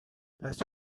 last